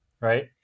right